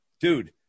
dude